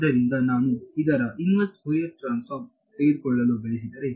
ಆದ್ದರಿಂದ ನಾನು ಇದರ ಇನ್ವರ್ಸ್ ಫೋರಿಯರ್ ಟ್ರಾನ್ಸ್ಫಾರ್ಮ ತೆಗೆದುಕೊಳ್ಳಲು ಬಯಸಿದರೆ